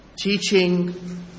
teaching